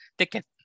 ticket